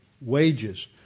wages